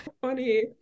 Funny